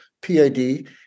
PID